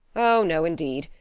oh, no, indeed!